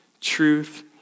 truth